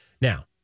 Now